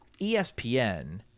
ESPN